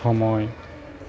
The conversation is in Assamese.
সময়